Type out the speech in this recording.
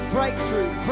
Breakthrough